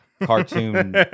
cartoon